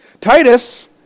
Titus